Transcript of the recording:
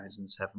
2007